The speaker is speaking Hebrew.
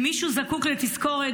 אם מישהו זקוק לתזכורת,